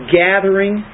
gathering